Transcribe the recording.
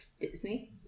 Disney